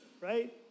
right